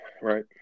Right